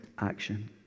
action